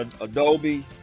Adobe